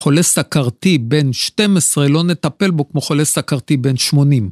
חולה סכרתי בן 12, לא נטפל בו כמו חולה סכרתי בן 80.